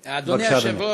בבקשה, אדוני.